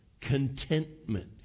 contentment